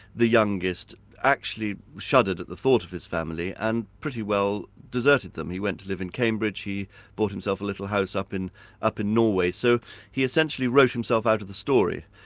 the youngest actually shuddered at the thought of his family, and pretty well deserted them. he went to live in cambridge, he bought himself little house up in up in norway. so he essentially wrote himself out of the story.